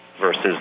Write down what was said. versus